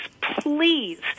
please